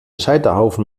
scheiterhaufen